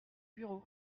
bureau